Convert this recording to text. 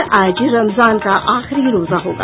और आज रमजान का आखिरी रोजा होगा